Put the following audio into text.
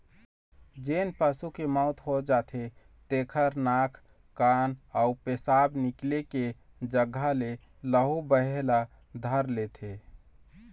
जेन पशु के मउत हो जाथे तेखर नाक, कान अउ पेसाब निकले के जघा ले लहू बहे ल धर लेथे